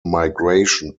migration